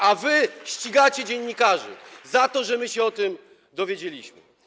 A wy ścigacie dziennikarzy za to, że my się o tym dowiedzieliśmy.